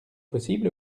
possible